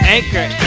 Anchor